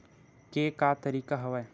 के का तरीका हवय?